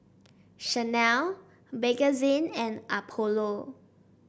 Chanel Bakerzin and Apollo